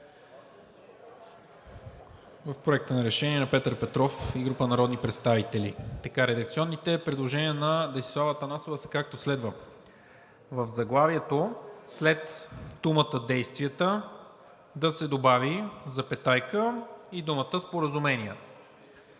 в Проекта на решение на Петър Петров и група народни представители. Редакционните предложения на Десислава Атанасова са, както следва: В заглавието след думата „действията“ да се добави запетая и думата „споразумения“.